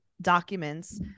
documents